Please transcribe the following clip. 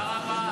תודה רבה.